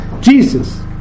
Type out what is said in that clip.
Jesus